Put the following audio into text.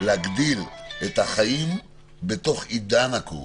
להגדיל את החיים בתוך עידן הקורונה.